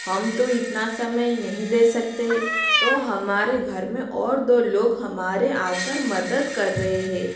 हम तो इतना समय नहीं दे सकते है तो हमारे घर में और दो लोग हमारे आकर मदद कर रहे है